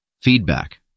Feedback